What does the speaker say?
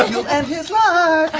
but you'll end his life,